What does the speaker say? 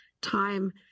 time